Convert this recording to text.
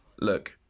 look